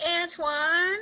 Antoine